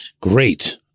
great